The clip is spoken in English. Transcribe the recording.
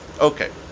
okay